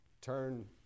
turn